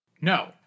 No